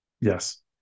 yes